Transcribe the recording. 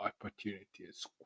opportunities